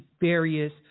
various